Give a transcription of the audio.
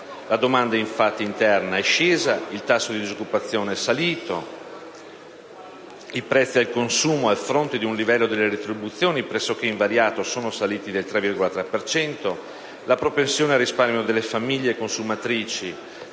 La domanda interna, infatti, è scesa, il tasso di disoccupazione è salito, i prezzi al consumo, a fronte di un livello delle retribuzioni pressoché invariato, sono saliti del 3,3 per cento, la propensione al risparmio delle famiglie consumatrici